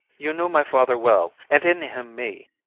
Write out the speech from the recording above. you knew my father well, and in him me,